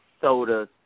sodas